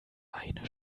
eine